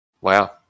Wow